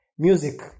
Music